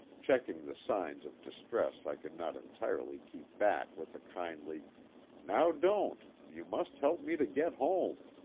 checking the signs of distress i could not entirely keep back with a kindly now don't you must help me to get home.